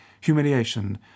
humiliation